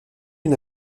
une